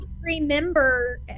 remember